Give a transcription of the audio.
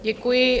Děkuji.